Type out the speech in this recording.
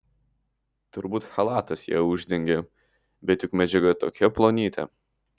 turbūt chalatas ją uždengė bet juk medžiaga tokia plonytė